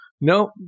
No